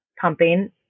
pumping